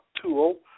tool